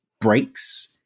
breaks